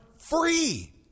free